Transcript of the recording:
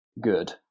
good